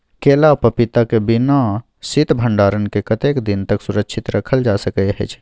केला आ पपीता के बिना शीत भंडारण के कतेक दिन तक सुरक्षित रखल जा सकै छै?